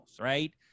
right